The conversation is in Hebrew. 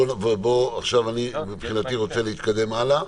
עכשיו, מבחינתי, אני רוצה להתקדם הלאה